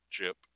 chip